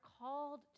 called